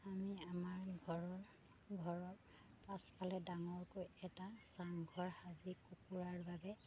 আমি আমাৰ ঘৰৰ ঘৰৰ পাছফালে ডাঙৰকৈ এটা চাংঘৰ সাজি কুকুৰাৰ বাবে